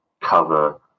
cover